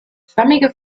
schwammige